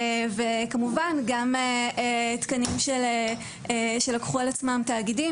כמובן גם תקנים שלקחו על עצמם תאגידים